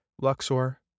Luxor